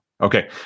Okay